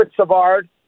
Savard